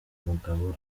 umugabo